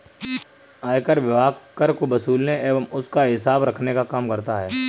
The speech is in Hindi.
आयकर विभाग कर को वसूलने एवं उसका हिसाब रखने का काम करता है